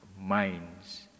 minds